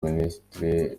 minisitiri